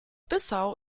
bissau